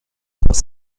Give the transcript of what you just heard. trois